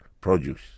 produce